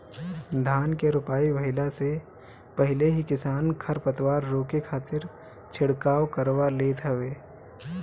धान के रोपाई भइला से पहिले ही किसान खरपतवार रोके खातिर छिड़काव करवा लेत हवे